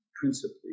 principally